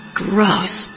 gross